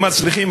הם מצליחים,